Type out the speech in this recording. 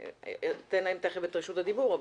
ניתן להם תיכף את רשות הדיבור,